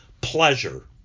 pleasure